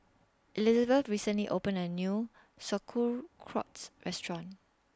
Elizabeth recently opened A New Sauerkraut's Restaurant